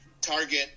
target